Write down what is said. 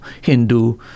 Hindu